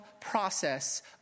process